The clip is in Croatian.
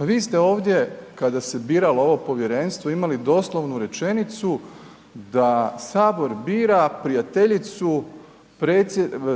vi ste ovdje kada se biralo ovo povjerenstvo imali doslovnu rečenicu da Sabor bira prijateljicu